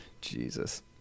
jesus